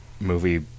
movie